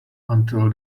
until